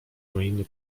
ruiny